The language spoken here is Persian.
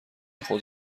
خود